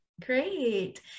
Great